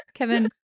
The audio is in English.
Kevin